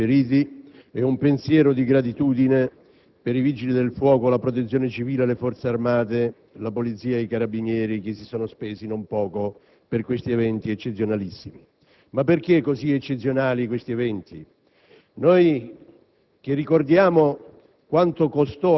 un pensiero affettuoso per i morti e per i feriti e un pensiero di gratitudine per i Vigili del fuoco, la Protezione civile, le Forze armate, la Polizia e i Carabinieri, che si sono spesi non poco per questi eventi eccezionalissimi. Ma perché sono così eccezionali, questi eventi?